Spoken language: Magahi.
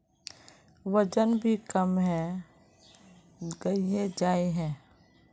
वजन भी कम है गहिये जाय है?